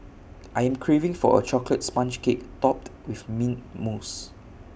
I am craving for A Chocolate Sponge Cake Topped with Mint Mousse